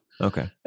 okay